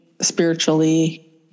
spiritually